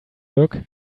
look